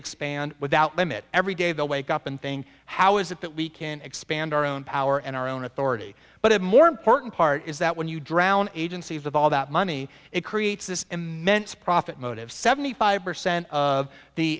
expand without limit every day they wake up and thing how is it that we can expand our own power and our own authority but have more important part is that when you drown agencies of all that money it creates this immense profit motive seventy five percent of the